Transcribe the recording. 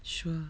sure